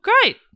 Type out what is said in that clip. Great